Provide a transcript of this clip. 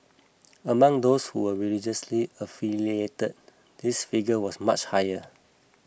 among those who were religiously affiliated this figure was much higher